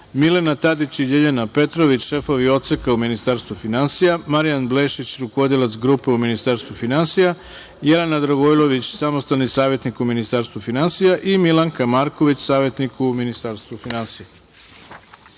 Milena Tadić i Ljiljana Petrović, šefovi odseka u Ministarstvu finansija, Marijan Blešić, rukovodilac grupe u Ministarstvu finansija, Jelena Dragojlović, samostalni savetnik u Ministarstvu finansija i Milanka Marković, savetnik u Ministarstvu finansija. Saglasno